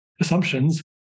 assumptions